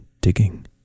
digging